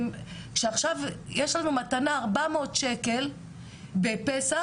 שעכשיו יש לנו מתנה ארבע מאות שקל בפסח,